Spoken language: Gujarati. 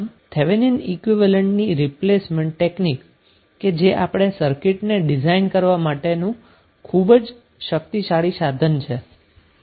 આમ થેવેનિન ઈક્વીવેલેન્ટની રિપ્લેસમેન્ટ ટેકનિક કે જે આપણી સર્કિટને ડિઝાઈન કરવા માટેનું ખુબ જ શક્તિશાળી સાધન છે